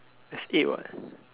there's eight what